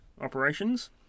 operations